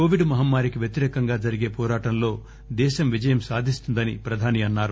Covid మహమ్మారికి వ్యతిరేకంగా జరిగే పోరాటంలో దేశం విజయం సాధిస్తుందని ప్రధాని అన్నారు